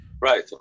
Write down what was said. Right